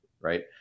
Right